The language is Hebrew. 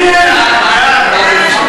חבר הכנסת